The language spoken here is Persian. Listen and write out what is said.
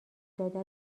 داده